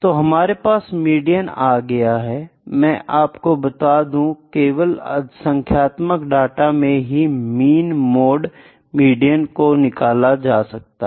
तो हमारे पास मीडियन आ गया है मैं आपको बता दूं केवल संख्यात्मक डाटा में ही हम मीन मॉड मेडियन को निकाल सकते हैं